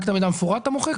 רק את המידע המפורט אתה מוחק?